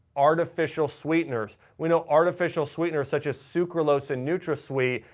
artificial sweeteners. we know artificial sweeteners such as sucralose and nutrasweet,